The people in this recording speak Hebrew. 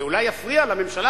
זה אולי יפריע לממשלה,